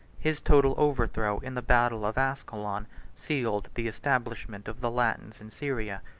his total overthrow in the battle of ascalon sealed the establishment of the latins in syria,